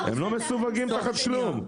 הם לא מסווגים תחת כלום.